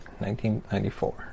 1994